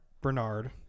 Bernard